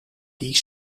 die